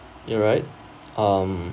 you're right um